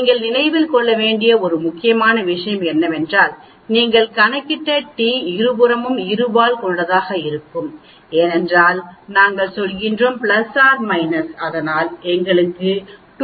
நீங்கள் நினைவில் கொள்ள வேண்டிய ஒரு முக்கியமான விஷயம் என்னவென்றால் நீங்கள் கணக்கிட்ட டி இருபுறமும் இரு வால் கொண்டதாக இருக்கும் ஏனென்றால் நாங்கள் சொல்கிறோம் ± அதனால்தான் எங்களுக்கு 2